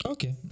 Okay